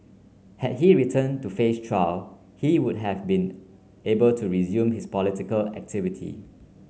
had he returned to face trial he would have been able to resume his political activity